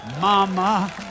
mama